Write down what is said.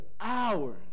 hours